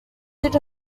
did